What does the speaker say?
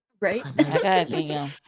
Right